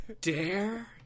dare